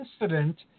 incident